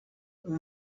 when